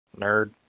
Nerd